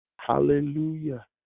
Hallelujah